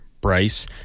Bryce